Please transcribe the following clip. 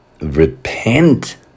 repent